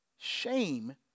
Shame